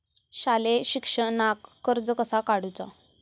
शालेय शिक्षणाक कर्ज कसा काढूचा?